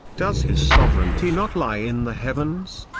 does his sovereignty not lie in the heavens?